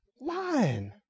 Lying